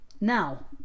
Now